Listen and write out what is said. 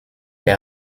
les